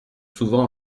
souvent